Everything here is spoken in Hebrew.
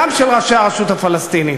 גם של ראשי הרשות הפלסטינית.